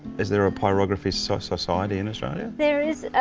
is there a pyrography so society in australia? there is.